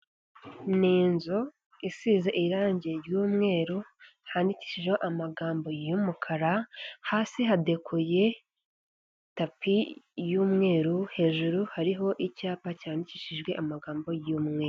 Ni inzu isize irange ry'umweru, handikishijeho amagambo y'umukara, hasi hadekoye tapi y'umweru, hejuru hariho icyapa cyandikishijweho amagambo y'umweru.